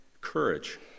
courage